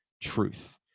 truth